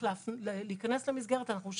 צריך לבחור --- אני לא אמרתי שלא,